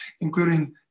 including